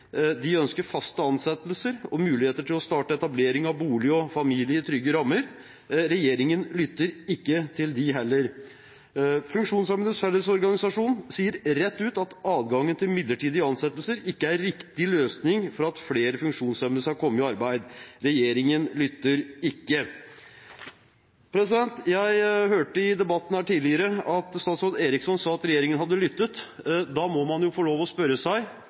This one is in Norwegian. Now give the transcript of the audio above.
yrkesliv, ønsker fast ansettelse og mulighet til å starte etablering av bolig og familie i trygge rammer. Regjeringen lytter ikke til dem heller. Funksjonshemmedes Fellesorganisasjon sier rett ut at adgangen til midlertidige ansettelser ikke er riktig løsning for at flere funksjonshemmede skal komme i arbeid. Regjeringen lytter ikke. Jeg hørte i debatten her tidligere at statsråd Eriksson sa at regjeringen hadde lyttet. Da må man få lov å spørre seg: